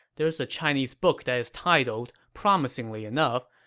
there is a chinese book that is titled, promisingly enough,